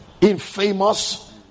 infamous